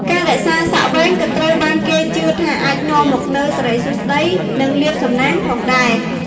ការរក្សាសក់វែងក៏ត្រូវបានគេជឿថាអាចនាំមកនូវ សិរីសួស្តី និងលាភសំណាង ផងដែរ។